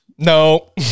no